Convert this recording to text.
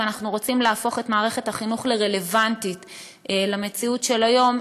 אם אנחנו רוצים להפוך את מערכת החינוך לרלוונטית למציאות של היום,